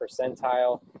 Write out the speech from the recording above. percentile